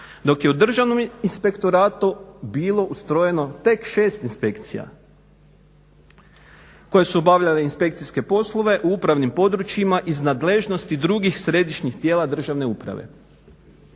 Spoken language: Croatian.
dok je u državnom inspektoratu bilo ustrojeno tek 6 inspekcija koje su obavljale inspekcijske poslove u upravnim područjima iz nadležnosti drugih središnjih tijela državne uprave.